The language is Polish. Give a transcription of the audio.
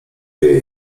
jej